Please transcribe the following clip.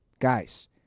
Guys